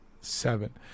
Seven